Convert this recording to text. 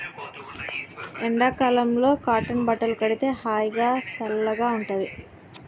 ఎండ కాలంలో కాటన్ బట్టలు కడితే హాయిగా, సల్లగా ఉంటుంది